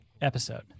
episode